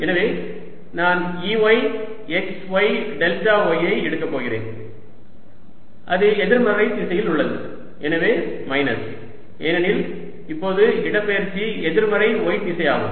எனவே நான் Ey x y delta y ஐ எடுக்கப் போகிறேன் அது எதிர்மறை திசையில் உள்ளது எனவே மைனஸ் ஏனெனில் இப்போது இடப்பெயர்ச்சி எதிர்மறை y திசையாகும்